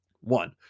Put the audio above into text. One